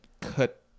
cut